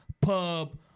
pub